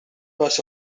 was